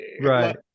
Right